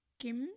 kim